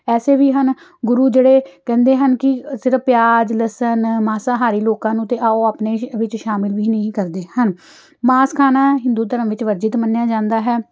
ਐਸੇ ਵੀ ਹਨ ਗੁਰੂ ਜਿਹੜੇ ਕਹਿੰਦੇ ਹਨ ਕਿ ਸਿਰਫ ਪਿਆਜ ਲਸਨ ਮਾਸਾਹਾਰੀ ਲੋਕਾਂ ਨੂੰ ਤਾਂ ਆਓ ਆਪਣੇ ਹੀ ਵਿੱਚ ਸ਼ਾਮਿਲ ਵੀ ਨਹੀਂ ਕਰਦੇ ਹਨ ਮਾਸ ਖਾਣਾ ਹਿੰਦੂ ਧਰਮ ਵਿੱਚ ਵਰਜਿਤ ਮੰਨਿਆ ਜਾਂਦਾ ਹੈ